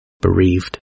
bereaved